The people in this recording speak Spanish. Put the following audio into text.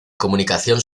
comunicación